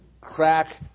crack